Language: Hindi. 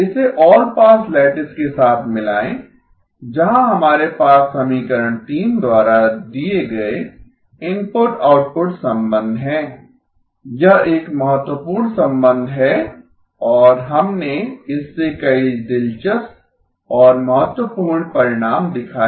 इसे ऑल पास लैटिस के साथ मिलाएं जहां हमारे पास समीकरण 3 द्वारा दिए गए इनपुट आउटपुट संबंध हैं यह एक महत्वपूर्ण संबंध है और हमने इससे कई दिलचस्प और महत्वपूर्ण परिणाम दिखाए